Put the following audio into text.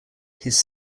his